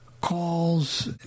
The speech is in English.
calls